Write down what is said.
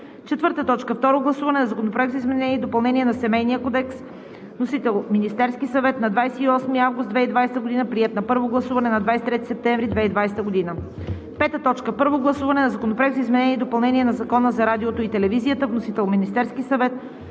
2020 г. 4. Второ гласуване на Законопроекта за изменение и допълнение на Семейния кодекс. Вносител – Министерският съвет на 28 август 2020 г. Приет на първо гласуване на 23 септември 2020 г. 5. Първо гласуване на Законопроект за изменение и допълнение на Закона за радиото и телевизията. Вносител – Министерският съвет,